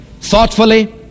thoughtfully